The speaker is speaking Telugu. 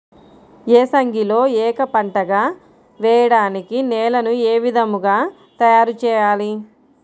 ఏసంగిలో ఏక పంటగ వెయడానికి నేలను ఏ విధముగా తయారుచేయాలి?